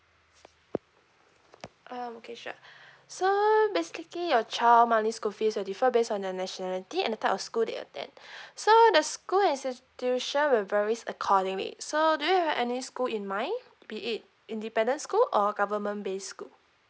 um okay sure so basically your child monthly school fees will differ based on the nationality and the type of school that you attend so the school as it's tuition will varies according so do you have any school in mind be it independent school or government based school